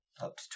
up